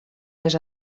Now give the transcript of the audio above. les